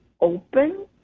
open